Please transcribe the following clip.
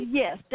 yes